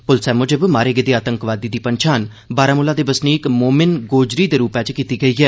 पुलसै मुजब मारे गेदे आतंकवादी दी पन्छान बारामूला दे बसनीक मोमिन गोजरी दे रूपै च कीती गेई ऐ